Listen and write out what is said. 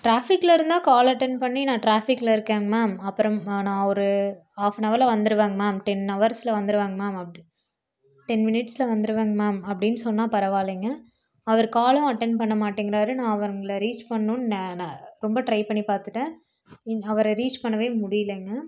ட்ராபிக்ல இருந்தால் call attend பண்ணி நான் ட்ராபிக்ல இருக்கேங்க மேம் அப்புறம் நான் ஒரு ஆஃப்பனவர்ல வந்துருவேங்க மேம் டென் அவர்ஸ்ல வந்துருவேங்க மேம் அப்படி டென் மினிட்ஸ்ல வந்துருவேங்க மேம் அப்படின்னு சொன்னால் பரவாலைங்க அவர் காலும் அட்டன் பண்ண மாட்டேங்கிறார் நான் அவங்களை ரீச் பண்ணுன்னு நா நான் ரொம்ப ட்ரை பண்ணிப் பார்த்துட்டேன் அவரை ரீச் பண்ணவே முடியலேங்க